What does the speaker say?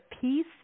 peace